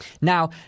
Now